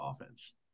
offense